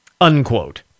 unquote